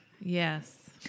Yes